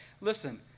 Listen